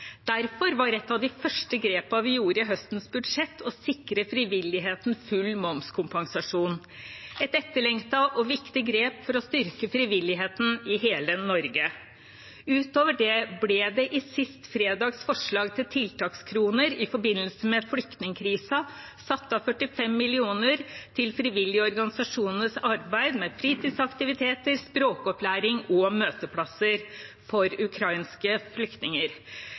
Derfor var et av de første grepene vi gjorde i høstens budsjett å sikre frivilligheten full momskompensasjon – et etterlengtet og viktig grep for å styrke frivilligheten i hele Norge. Utover det ble det i sist fredags forslag til tiltakskroner i forbindelse med flyktningkrisen satt av 45 mill. kr til frivillige organisasjoners arbeid med fritidsaktiviteter, språkopplæring og møteplasser for ukrainske flyktninger.